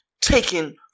taken